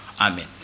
Amen